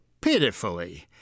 pitifully